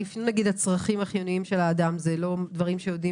הצרכים החיוניים של האדם זה לא דברים שיודעים